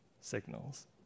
signals